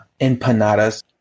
empanadas